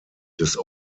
des